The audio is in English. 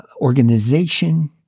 organization